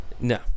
No